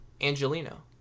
Angelino